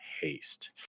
Haste